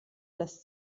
das